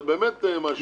זה באמת משהו.